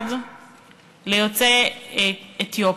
במיוחד ליוצאי אתיופיה.